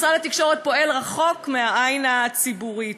משרד התקשורת פועל רחוק מהעין הציבורית.